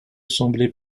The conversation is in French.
sembler